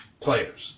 players